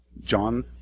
John